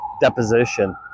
deposition